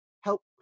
Help